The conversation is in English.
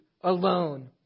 alone